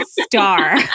Star